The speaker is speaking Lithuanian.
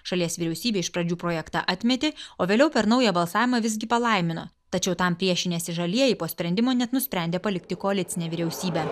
šalies vyriausybė iš pradžių projektą atmetė o vėliau per naują balsavimą visgi palaimino tačiau tam priešinęsi žalieji po sprendimo net nusprendė palikti koalicinę vyriausybę